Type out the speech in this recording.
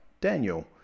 Daniel